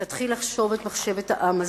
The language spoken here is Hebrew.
תתחיל לחשוב את מחשבת העם זה,